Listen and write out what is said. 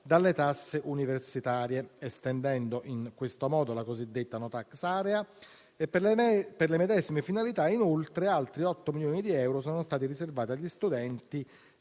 dalle tasse universitarie, estendendo in questo modo la cosiddetta *no tax area*; per le medesime finalità, inoltre, altri 8 milioni di euro sono stati riservati agli studenti